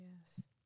Yes